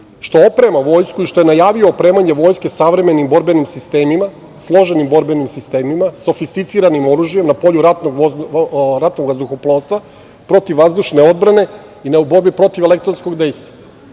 što oprema vojsku i što je najavio opremanje vojske savremenim borbenim sistemima, složenim borbenim sistemima, sofisticiranim oružjem na polju ratnog vazduhoplovstva, protivvazdušne odbrane i u borbi protiv elektronskog dejstva.